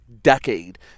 decade